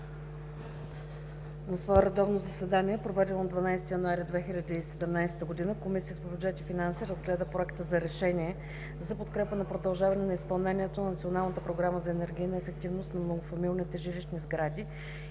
„На редовно заседание, проведено на 12 януари 2017 година, Комисията по бюджет и финанси разгледа проекта за Решение за подкрепа на продължаване на изпълнението на Националната програма за енергийна ефективност на многофамилните жилищни сгради